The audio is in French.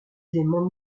éléments